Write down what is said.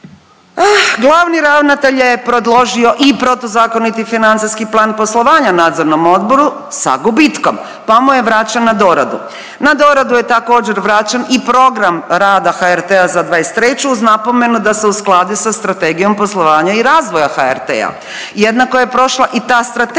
Glavni ravnatelj je predložio i protuzakoniti financijski plan poslovanja Nadzornom odboru sa gubitkom, pa mu je vraćen na doradu. Na doradu je također vraćen i program rada HRT-a za 2023. uz napomenu da se uskladi sa Strategijom poslovanja i razvoja HRT-a. Jednako je prošla i ta strategija